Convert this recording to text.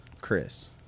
Chris